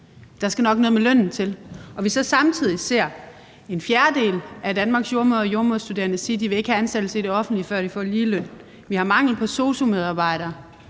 der skal nok noget med lønnen til – og vi på den anden side hører en fjerdedel af Danmarks jordemoderstuderende sige, at de ikke vil have ansættelse i det offentlige, før de får ligeløn, og når man også ved,